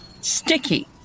sticky